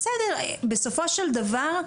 בסופו של דבר,